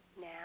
now